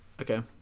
Okay